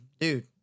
Dude